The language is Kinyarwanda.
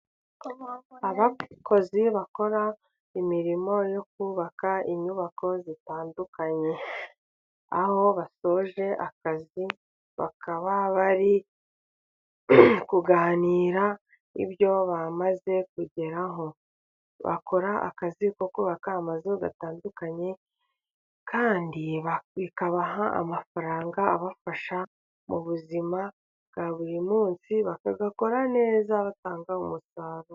Aba bakozi bakora imirimo yo kubaka inyubako zitandukanye, aho basoje akazi bakaba bari kuganira ibyo bamaze kugeraho. Bakora akazi ko kubaka amazu atandukanye, kandi bikabaha amafaranga abafasha mu buzima bwa buri munsi, bakagakora neza batanga umusaruro.